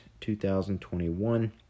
2021